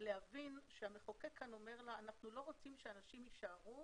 להבין שהמחוקק אומר לה אנחנו לא רוצים שאנשים יישארו